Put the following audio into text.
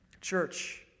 Church